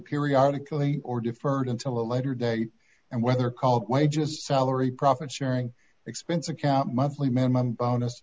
periodical he or deferred until a later date and whether called wages salary profit sharing expense account monthly minimum bonus